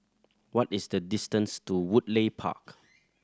what is the distance to Woodleigh Park